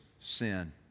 sin